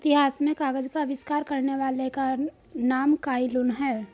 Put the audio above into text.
इतिहास में कागज का आविष्कार करने वाले का नाम काई लुन है